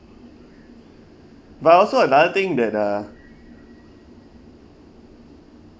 but also another thing that uh